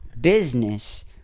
business